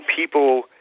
people